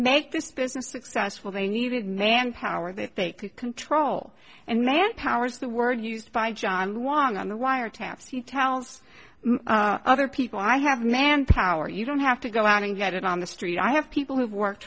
make this business successful they needed manpower that they could control and manpower is the word used by john won on the wiretaps he tells other people i have manpower you don't have to go out and get it on the street i have people who've worked